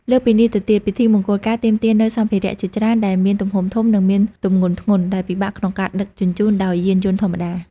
លើសពីនេះទៅទៀត ពិធីមង្គលការទាមទារនូវសម្ភារៈជាច្រើនដែលមានទំហំធំនិងមានទម្ងន់ធ្ងន់ដែលពិបាកក្នុងការដឹកជញ្ជូនដោយយានយន្តធម្មតា។